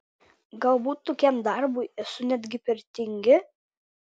galbūt tokiam darbui esu netgi per tingi